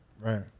right